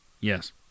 Yes